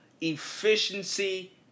efficiency